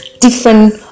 different